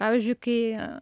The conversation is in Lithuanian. pavyzdžiui kai